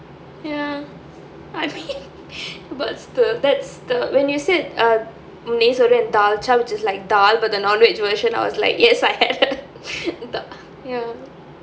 ya I mean but that's the that's the when you said uh நீ சொன்ன:nee sonna which is like dhal but the non-vegetarian version I was like yes I had ya